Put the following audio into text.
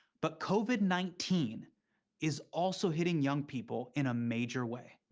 but covid nineteen is also hitting young people in a major way.